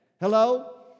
Hello